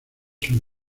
sus